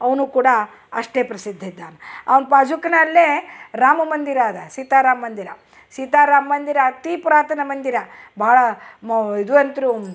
ಅವ್ನು ಕೂಡ ಅಷ್ಟೆ ಪ್ರಸಿದ್ಧ ಇದ್ದಾನ ಅವ್ನ ಪಾಜೂಕ್ನಲ್ಲೇ ರಾಮ ಮಂದಿರ ಅದ ಸೀತಾ ರಾಮ ಮಂದಿರ ಸೀತಾ ರಾಮ ಮಂದಿರ ಅತೀ ಪುರಾತನ ಮಂದಿರ ಬಹಳ ಮ ಇದುವಂತ್ರು